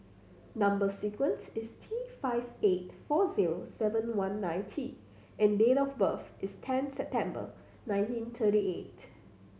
number sequence is T five eight four zero seven one nine T and date of birth is ten September nineteen thirty eight